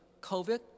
COVID